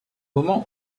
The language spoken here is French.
moment